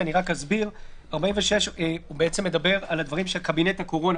אסביר: סעיף 46 בעצם מדבר על הדברים של קבינט הקורונה.